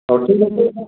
ହଉ ଠିକ୍ ଅଛି ଆଜ୍ଞା